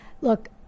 look